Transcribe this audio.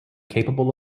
capable